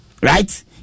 Right